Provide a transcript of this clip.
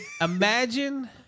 Imagine